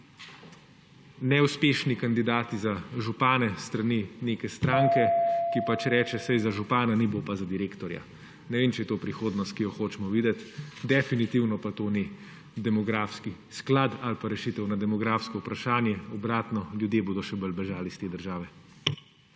neuspešni kandidati za župane s strani neke stranke, ki pač reče, saj za župana ni, bo pa za direktorja. Ne vem, če je to prihodnost, ki jo hočemo videti, definitivno pa to ni demografski sklad ali pa rešitev na demografsko vprašanje, obratno, ljudje bodo še bolj bežali iz te države.